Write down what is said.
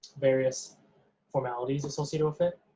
various formalities associated with it.